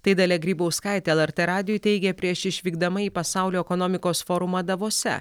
tai dalia grybauskaitė lrt radijui teigė prieš išvykdama į pasaulio ekonomikos forumą davose